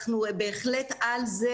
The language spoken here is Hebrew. כך שאנחנו בהחלט על זה